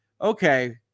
Okay